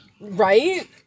Right